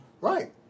Right